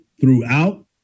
throughout